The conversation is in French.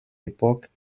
époques